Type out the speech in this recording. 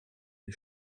les